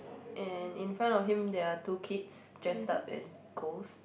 and in front of him there are two kids dressed up as ghosts